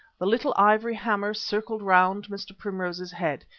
the little ivory hammer circled round mr. primrose's head.